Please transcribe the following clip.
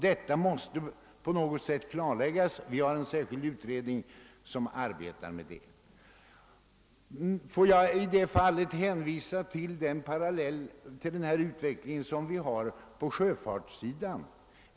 Detta måste på något sätt klarläggas, och vi har därför en särskild utredning som arbetar med saken. Som en parallell vill jag hänvisa till den utveckling som vi har på sjöfartssidan.